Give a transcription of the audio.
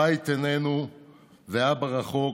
/ הבית איננו ואבא רחוק,